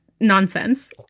nonsense